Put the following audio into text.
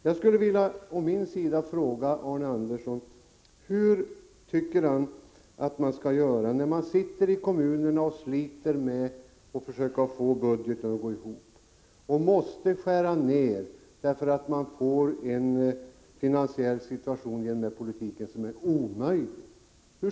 Jag skulle vilja fråga Arne Andersson i Gamleby: Hur tycker han att man skall göra när man sitter i kommunerna och sliter med att försöka få budgeten att gå ihop och tvingas skära ned därför att man genom den här politiken får en finansiell situation som är omöjlig?